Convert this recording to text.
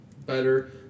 better